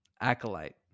acolyte